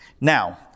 Now